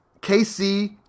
KC